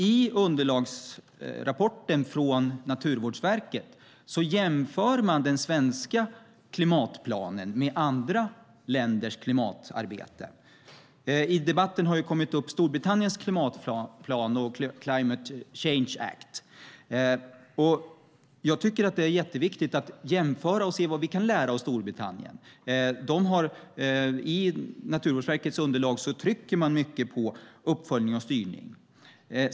I underlagsrapporten från Naturvårdsverket jämför man den svenska klimatplanen med andra länders klimatarbete. I debatten har Storbritanniens klimatplan, Climate Change Act, kommit upp. Det är viktigt att jämföra och se vad vi kan lära av Storbritannien. I Naturvårdsverkets underlag trycker man mycket på uppföljning och styrning.